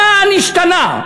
מה נשתנה?